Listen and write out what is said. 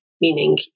Meaning